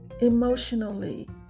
emotionally